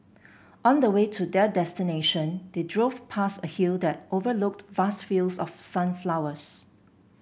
on the way to their destination they drove past a hill that overlooked vast fields of sunflowers